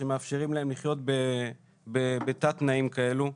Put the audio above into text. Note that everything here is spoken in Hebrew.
שמאפשרים להם לחיות בתת תנאים כאלו.